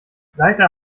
leider